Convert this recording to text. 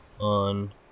on